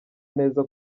neza